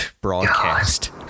broadcast